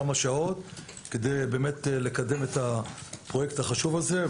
כמה שעות כדי לקדם את הפרויקט החשוב הזה.